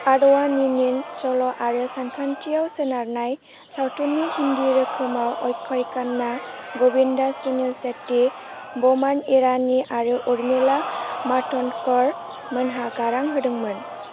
आडवाणीनिन सल' आरो सानखांथियाव सोनारनाय सावथुन्नि हिन्दी रोखोमाव अक्षय खान्ना गविन्दा सुनील शेट्टी बमान ईरानी आरो उर्मिला मातण्डकर मोनहा गारां होदोंमोन